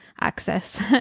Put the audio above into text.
access